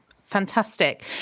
fantastic